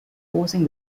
forcing